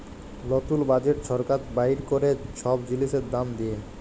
লতুল বাজেট ছরকার বাইর ক্যরে ছব জিলিসের দাম দিঁয়ে